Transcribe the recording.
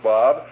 Bob